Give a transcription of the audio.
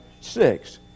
Six